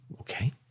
Okay